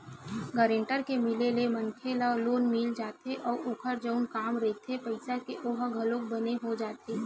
guarantor के मिले ले मनखे ल लोन मिल जाथे अउ ओखर जउन काम रहिथे पइसा के ओहा घलोक बने हो जाथे